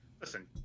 Listen